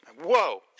Whoa